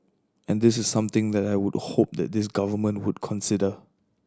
and this is something that I would hope that this Government would consider